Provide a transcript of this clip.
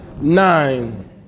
Nine